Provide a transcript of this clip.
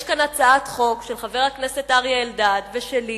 יש כאן הצעת חוק של חבר הכנסת אריה אלדד ושלי